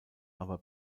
aber